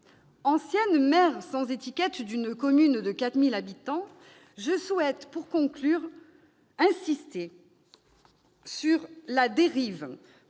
Ancienne maire sans étiquette d'une commune de 4 000 habitants, je souhaite, pour conclure, insister sur la dérive politique